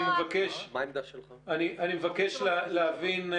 אני מבקש להבין: